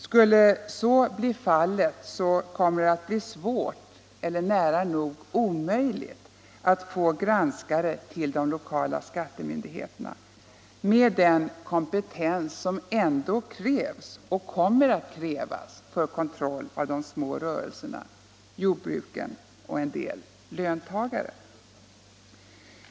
Skulle så bli fallet blir det svårt eller nära nog omöjligt att få granskare till de lokala skattemyndigheterna med den kompetens som ändå krävs för kontroll av de små rörelserna, jordbruken och en hel del löntagare.